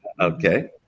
Okay